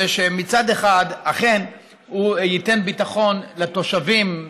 כדי שמצד אחד אכן הוא ייתן ביטחון לתושבים,